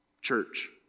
church